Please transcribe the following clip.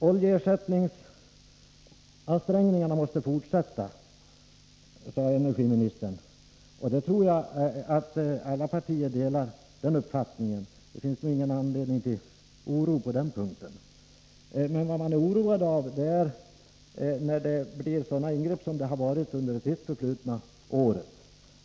Oljeersättningsansträngningarna måste fortsätta, sade energiministern. Jag tror att alla partier delar den uppfattningen, varför det inte finns någon anledning till oro på den punkten. Vad som oroar är att det blivit sådana ingrepp som under det sistförflutna året.